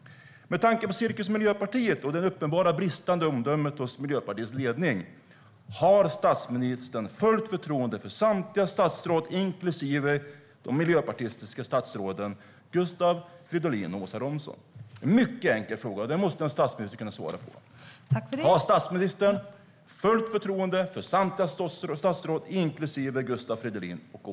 Med tanke på cirkus Miljöpartiet och det uppenbart bristande omdömet hos Miljöpartiets ledning är min fråga: Har statsministern fullt förtroende för samtliga statsråd, inklusive de miljöpartistiska statsråden Gustav Fridolin och Åsa Romson? Det är en mycket enkel fråga, och den måste en statsminister kunna svara på.